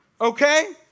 okay